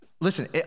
listen